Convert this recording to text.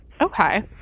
Okay